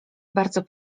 bardzo